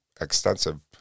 extensive